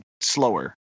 slower